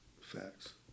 Facts